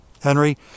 Henry